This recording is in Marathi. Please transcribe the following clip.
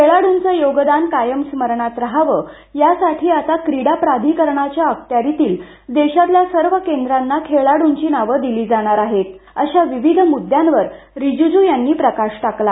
खेळाडुंचं योगदान कायम स्मरणात रहावं यासाठी आता क्रीडा प्राधिकरणाच्या अखत्यारीतील देशातल्या सर्व केंद्रांना खेळाडुंची नावं दिली जाणार आहे अशा विविध मुद्द्यांवर रीजीजू यांनी प्रकाश टाकला